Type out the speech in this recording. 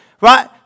Right